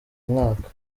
mwaka